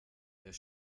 herr